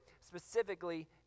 specifically